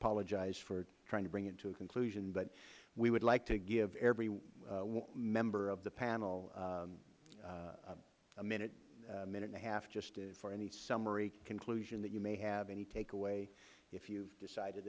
apologize for trying to bring it to a conclusion but we would like to give every member of the panel a minute a minute and a half just for any summary conclusion that you may have any takeaway if you have decided